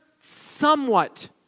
somewhat